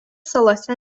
salose